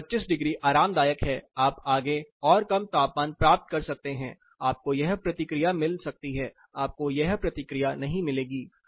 तो 25 डिग्री आरामदायक है आप आगे और कम तापमान प्राप्त कर सकते हैं आपको यह प्रतिक्रिया मिल सकती है आपको यह प्रतिक्रिया नहीं मिलेगी